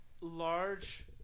large